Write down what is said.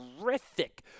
terrific